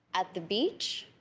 at the beach?